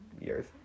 years